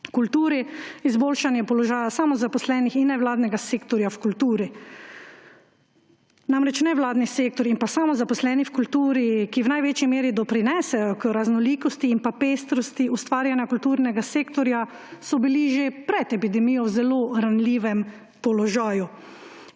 kulturi izboljšanje položaja samozaposlenih in nevladnega sektorja v kulturi. Namreč, nevladni sektor in pa samozaposleni v kulturi, ki v največji meri doprinesejo k raznolikosti in pestrosti ustvarjanja kulturnega sektorja, so bili že pred epidemijo v zelo ranljivem položaju.